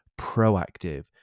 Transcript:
proactive